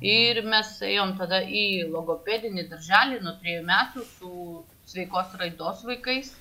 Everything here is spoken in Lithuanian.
ir mes ėjom tada į logopedinį darželį nuo trejų metų su sveikos raidos vaikais